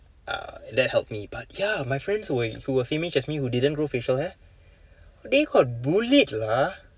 uh that helped me but yeah my friends who were same age as me who didn't grow facial hair they got bullied lah